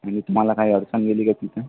आणि तुम्हाला काही अडचण गेली का तिथं